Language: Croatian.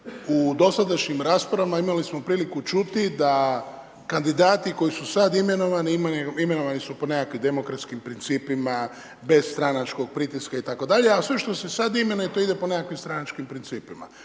u dosadašnjim raspravama imali smo priliku čuti da kandidati koji su sad imenovani, imenovani su po nekakvim demokratskim principima bez stranačkog pritiska, a sve što se sad imenuje to ide po nekakvim stranačkim principima.